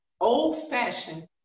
Old-fashioned